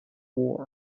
war